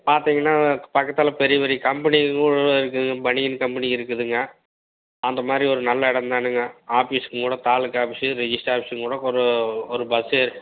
பார்த்தீங்கன்னா பக்கத்தில பெரிய பெரிய கம்பெனி கூட இருக்குது பனியன் கம்பெனி இருக்குதுங்க அந்த மாதிரி ஒரு நல்ல இடம்தானுங்க ஆஃபீஸ்ங்ககூட தாலுக்கா ஆஃபீஸு ரிஜிஸ்ட்டர் ஆஃபீஸுங்ககூட ஒரு ஒரு பஸ்ஸு